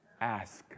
Ask